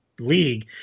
league